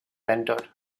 entered